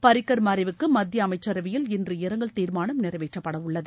பாரிக்கர் மறைவுக்கு மத்திய அமைச்சரவையில் இன்று இரங்கல் தீர்மானம் நிறைவேற்றப்படவுள்ளது